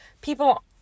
people